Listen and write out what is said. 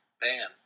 bam